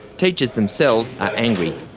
teachers themselves are angry.